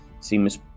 seems